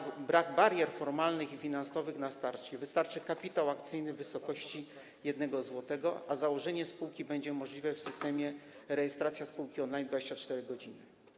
Drugim jest brak barier formalnych i finansowych na starcie - wystarczy kapitał akcyjny w wysokości 1 zł, a założenie spółki będzie możliwe w systemie rejestracji spółki on-line w 24 godziny.